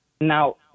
Now